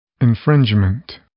Infringement